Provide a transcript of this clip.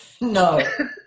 no